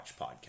podcast